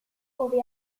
ove